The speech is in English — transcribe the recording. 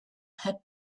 had